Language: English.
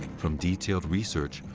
from detailed research,